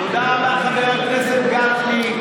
תודה רבה, חבר הכנסת גפני.